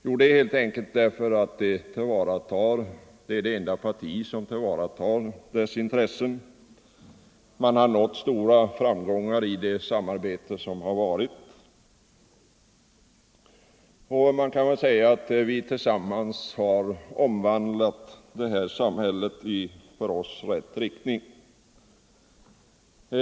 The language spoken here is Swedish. Jo, helt enkelt därför att det är det enda partiet som tillvaratar dess intressen. Stora framgångar har nåtts i det samarbetet, och man kan säga att vi tillsammans har omvandlat det här samhället i för oss rätt riktning.